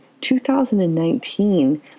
2019